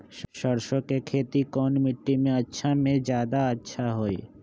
सरसो के खेती कौन मिट्टी मे अच्छा मे जादा अच्छा होइ?